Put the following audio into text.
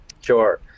Sure